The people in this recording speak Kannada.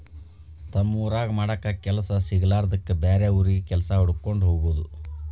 ತಮ್ಮ ಊರಾಗ ಮಾಡಾಕ ಕೆಲಸಾ ಸಿಗಲಾರದ್ದಕ್ಕ ಬ್ಯಾರೆ ಊರಿಗೆ ಕೆಲಸಾ ಹುಡಕ್ಕೊಂಡ ಹೊಗುದು